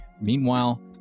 Meanwhile